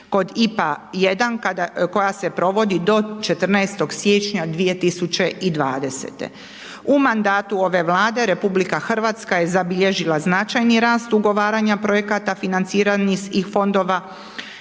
kod IPA 1 koja se provodi do 14. siječnja 2020. U mandatu ove Vlade RH je zabilježila značajni rast ugovaranja projekata financiranih iz fondova